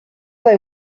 they